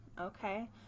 Okay